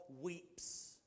weeps